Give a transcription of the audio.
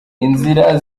inzira